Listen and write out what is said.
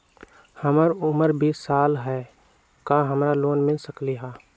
हमर उमर बीस साल हाय का हमरा लोन मिल सकली ह?